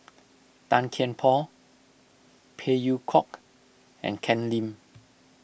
Tan Kian Por Phey Yew Kok and Ken Lim